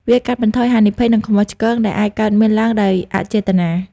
វាកាត់បន្ថយហានិភ័យ និងកំហុសឆ្គងដែលអាចកើតមានឡើងដោយអចេតនា។